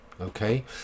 okay